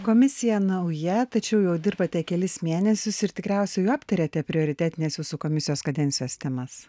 komisija nauja tačiau jau dirbate kelis mėnesius ir tikriausiai jau aptarėte prioritetines visų komisijos kadencijos temas